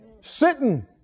Sitting